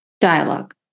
dialogue